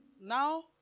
now